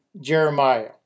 Jeremiah